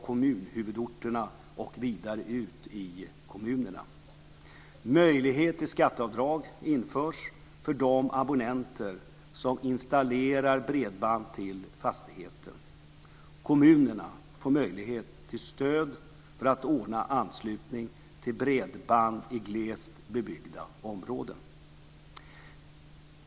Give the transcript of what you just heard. Kommunerna får möjlighet till stöd för att ordna anslutning till bredband i glest bebyggda områden.